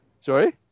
Sorry